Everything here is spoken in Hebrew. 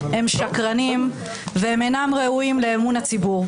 הם שקרנים והם אינם ראויים לאמון הציבור.